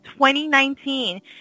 2019